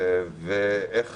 איך